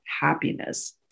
happiness